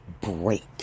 break